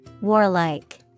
Warlike